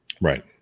right